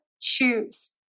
choose